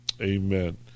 Amen